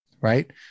right